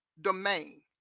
domain